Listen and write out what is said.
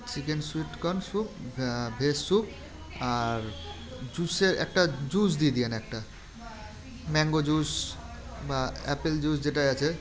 chicken sweet corn soup ভে veg soup আর জুসের একটা জুস দিয়ে দিয়েন একটা ম্যাঙ্গো জুস বা অ্যাপেল জুস যেটাই আছে